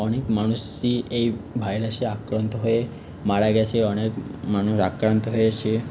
অনেক মানুষই এই ভাইরাসে আক্রান্ত হয়ে মারা গেছে অনেক মানুষ আক্রান্ত হয়েছে